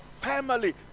family